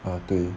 啊对